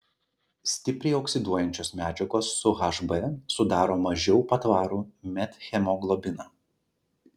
stipriai oksiduojančios medžiagos su hb sudaro mažiau patvarų methemoglobiną